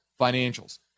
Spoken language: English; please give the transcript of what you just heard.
financials